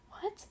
What